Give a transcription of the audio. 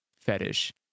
fetish